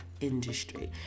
industry